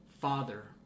father